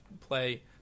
play